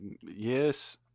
Yes